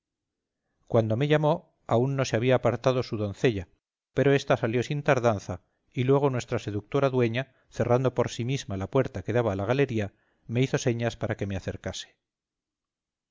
cuando me llamó aún no se había apartado su doncella pero ésta salió sin tardanza y luego nuestra seductora dueña cerrando por sí misma la puerta que daba a la galería me hizo señas para que me acercase